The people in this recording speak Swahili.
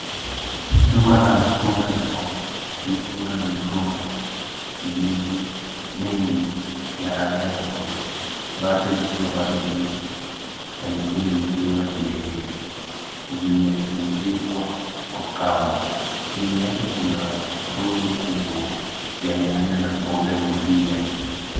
Duka la matunda na mboga likiwa na migomba, ndizi mengi ya aina tofauti baadhi zikiwa bado mbichi na nyingine zikiwa zimeiva zimetundikwa kwa kamba. Chini yake kuna rundo kubwa ya nyanya na mboga nyingine.